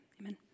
Amen